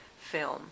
film